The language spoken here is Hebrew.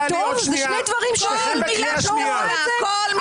1995, את היית עומדת במרפסת בכיכר ציון.